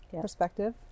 perspective